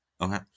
Okay